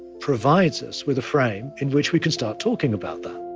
provides us with a frame in which we can start talking about that